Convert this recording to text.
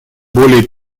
более